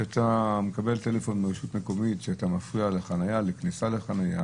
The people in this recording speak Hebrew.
שאתה מקבל טלפון מרשות מקומית שאתה מפריע לכניסה לחנייה,